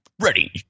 ready